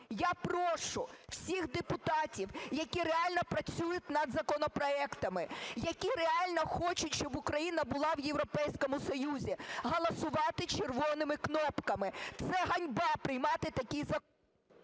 Я прошу всіх депутатів, які реально працюють над законопроектами, які реально хочуть, щоб Україна була в Європейському Союзі, голосувати червоними кнопками. Це ганьба приймати такий…